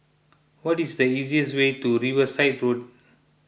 what is the easiest way to Riverside Road